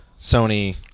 Sony